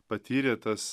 patyrė tas